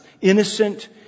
innocent